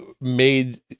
made